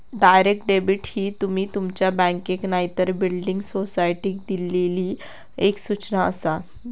direct debit ही तुमी तुमच्या बँकेक नायतर बिल्डिंग सोसायटीक दिल्लली एक सूचना आसा